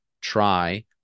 try